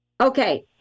okay